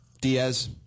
Diaz